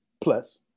plus